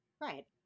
right